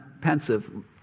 pensive